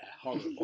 horrible